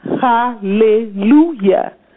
Hallelujah